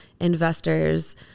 investors